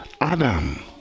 Adam